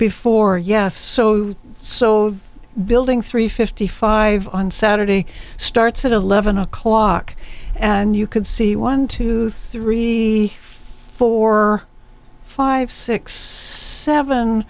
before yes so so building three fifty five on saturday starts at eleven o'clock and you can see one tooth three four five six seven